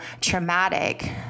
traumatic